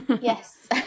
yes